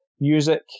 music